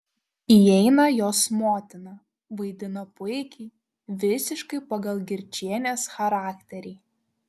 įeina jos motina vaidina puikiai visiškai pagal girčienės charakterį